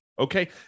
Okay